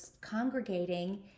congregating